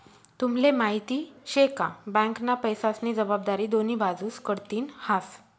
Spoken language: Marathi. तुम्हले माहिती शे का? बँकना पैसास्नी जबाबदारी दोन्ही बाजूस कडथीन हास